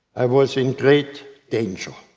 i was in great danger.